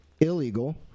illegal